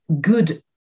good